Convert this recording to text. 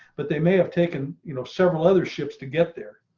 but they may have taken you know several other ships to get there.